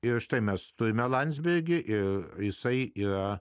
ir štai mes turime landsbergį ir jisai yra